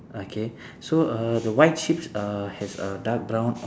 okay so uh the white sheeps uh has a dark brown